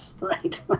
right